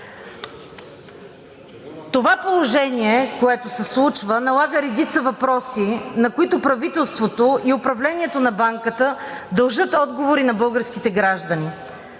Това положение, което се случва, налага редица въпроси на които правителството и управлението на банката дължат отговори на българските граждани.